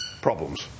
problems